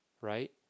Right